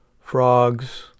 frogs